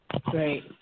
Great